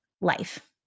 life